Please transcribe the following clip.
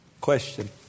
Question